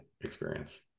Experience